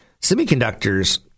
Semiconductors